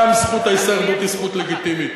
גם זכות ההישרדות היא זכות לגיטימית.